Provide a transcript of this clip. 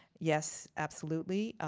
yes, absolutely.